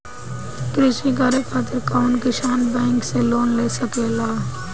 कृषी करे खातिर कउन किसान बैंक से लोन ले सकेला?